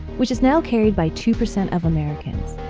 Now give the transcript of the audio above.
which is now carried by two percent of americans.